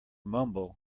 mumble